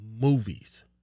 movies